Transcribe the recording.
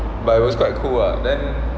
but it was quite cool lah then